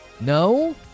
No